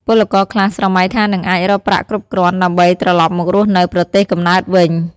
ពលករខ្លះស្រមៃថានឹងអាចរកប្រាក់គ្រប់គ្រាន់ដើម្បីត្រឡប់មករស់នៅប្រទេសកំណើតវិញ។